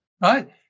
right